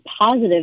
positive